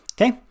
Okay